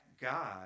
God